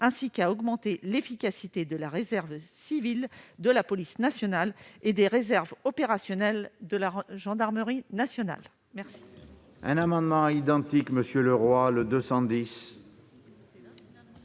ainsi qu'à augmenter l'efficacité de la réserve civile de la police nationale et des réserves opérationnelles de la gendarmerie nationale. La parole est à M. Henri Leroy, pour